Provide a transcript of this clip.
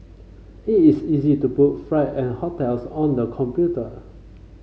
it is easy to book flight and hotels on the computer